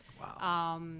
Wow